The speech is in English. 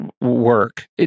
work